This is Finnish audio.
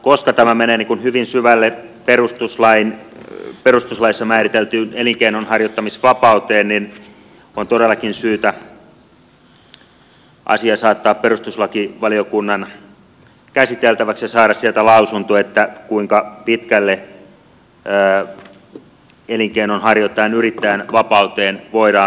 koska tämä menee hyvin syvälle perustuslaissa määriteltyyn elinkeinonharjoittamisvapauteen niin on todellakin syytä asia saattaa perustuslakivaliokunnan käsiteltäväksi ja saada sieltä lausunto kuinka pitkälle elinkeinonharjoittajan yrittäjän vapauteen voidaan mennä